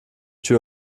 tür